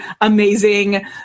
amazing